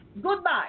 Goodbye